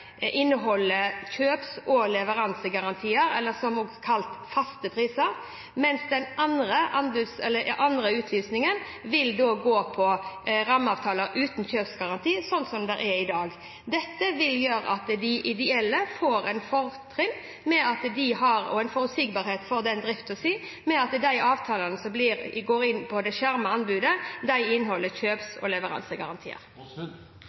kalt faste priser, mens den andre utlysningen vil gå på rammeavtaler uten kjøpsgaranti, slik som det er i dag. Dette vil gjøre at de ideelle får et fortrinn ved at de har en forutsigbarhet for driften sin ved at de avtalene som inngås i den skjermede konkurransen, inneholder kjøps- og leveransegarantier. Jeg takker igjen for svaret. Jeg vil da be statsråden klargjøre hvordan man vil vektlegge pris i de